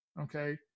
Okay